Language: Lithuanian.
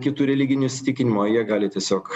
kitų religinių įsitikinimų o jie gali tiesiog